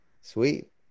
sweet